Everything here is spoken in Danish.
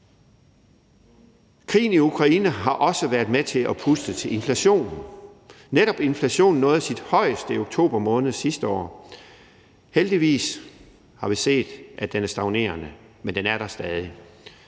Krigen i Ukraine har også været med til at puste til inflationen. Netop inflationen nåede sit højeste i oktober måned sidste år. Heldigvis har vi set, at den er stagnerende, men den er der stadig.